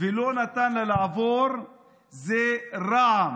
ולא נתן לה לעבור זה רע"מ.